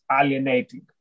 alienating